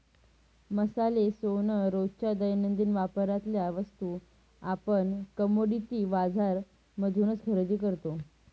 मसाले, सोन, रोजच्या दैनंदिन वापरातल्या वस्तू आपण कमोडिटी बाजार मधूनच खरेदी करतो